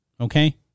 Okay